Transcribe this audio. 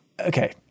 okay